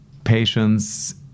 Patients